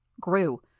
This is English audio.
Grew